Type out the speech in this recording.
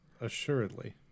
Assuredly